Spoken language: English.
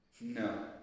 No